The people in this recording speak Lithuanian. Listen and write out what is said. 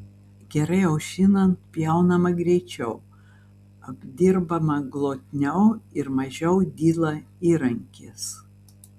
gerai aušinant pjaunama greičiau apdirbama glotniau ir mažiau dyla įrankis